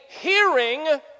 hearing